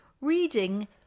reading